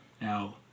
Now